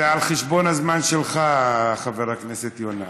זה על חשבון הזמן שלך, חבר הכנסת יונה.